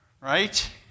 right